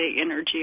energy